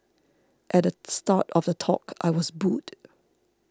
at the start of the talk I was booed